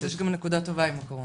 אז יש גם נקודה טובה עם הקורונה.